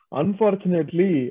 unfortunately